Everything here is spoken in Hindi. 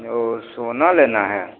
ओ सोना लेना है